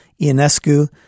Ionescu